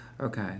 okay